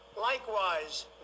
likewise